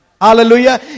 Hallelujah